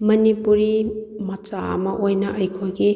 ꯃꯅꯤꯄꯨꯔꯤ ꯃꯆꯥ ꯑꯃ ꯑꯣꯏꯅ ꯑꯩꯈꯣꯏꯒꯤ